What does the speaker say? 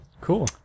Cool